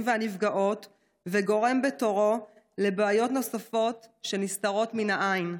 והנפגעות וגורם בתורו לבעיות נוספות שנסתרות מן העין.